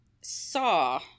saw